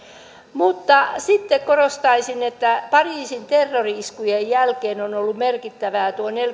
mutta sitten korostaisin että pariisin terrori iskujen jälkeen on ollut merkittävä tuo